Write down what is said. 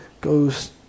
goes